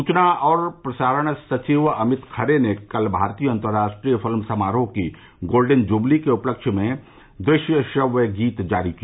सूचना और प्रसारण सचिव अमित खरे ने कल भारतीय अंतर्राष्ट्रीय फिल्म समारोह की गोल्डन जुबली के उपलक्ष्य में दृश्य श्रव्य गीत जारी किया